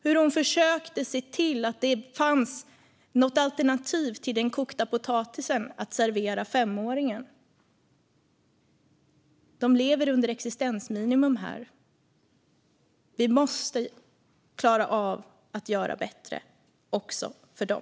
Hon försökte se till att det fanns något alternativ till den kokta potatisen att servera femåringen. De lever här under existensminimum. Vi måste klara av att göra det bättre också för dem.